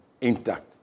intact